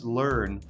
learn